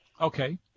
Okay